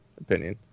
opinion